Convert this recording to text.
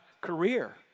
career